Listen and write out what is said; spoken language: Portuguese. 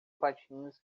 patins